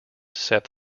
seth